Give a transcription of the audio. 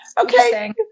Okay